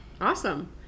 Awesome